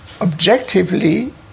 objectively